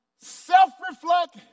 self-reflect